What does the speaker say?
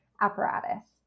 apparatus